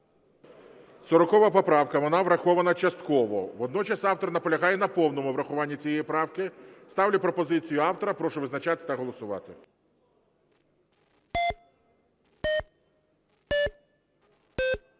40 поправка, вона врахована частково. Водночас автор на пролягає на повному врахуванні цієї правки. Ставлю пропозицію автора, прошу визначатися та голосувати.